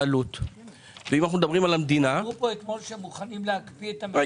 אמרו פה אתמול שהם מוכנים להקפיא את המחירים.